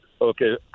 Okay